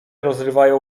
rozrywają